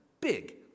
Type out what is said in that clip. big